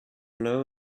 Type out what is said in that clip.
know